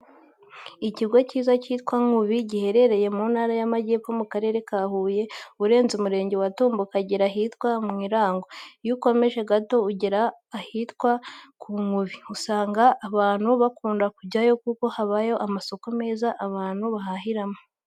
Ikigo cyiza cyitwa Nkubi, giherereye mu Ntara y'Amajyepfo mu Karere ka Huye, urenze umurenge wa Tumba ukagera ahitwa mu Irango, iyo ukomeje gato ugera ahantu hitwa ku Nkubi, usanga abantu bakunda kujyayo kuko habayo amasoko meza abantu bahahiramo.